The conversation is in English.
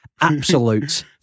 Absolute